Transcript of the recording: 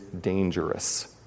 dangerous